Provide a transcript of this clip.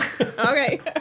Okay